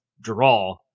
draw